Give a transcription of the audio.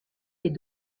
est